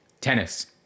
tennis